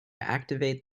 activate